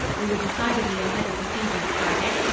we were decidedly ahead of the season at harrogate,